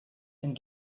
and